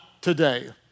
today